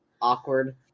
awkward